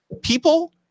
people